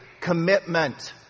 Commitment